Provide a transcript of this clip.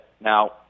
Now